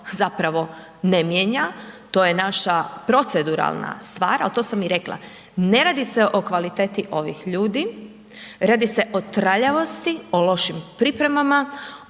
zapravo ne mijenja, to je naša proceduralna stvar ali to sam i rekla, ne radi se o kvalitet ovih ljudi, radi se o traljavosti, o lošim pripremama,